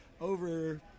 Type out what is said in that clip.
over